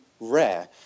rare